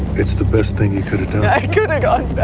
it's the best thing he kind of and